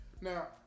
now